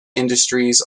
industries